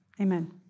Amen